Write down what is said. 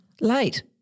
late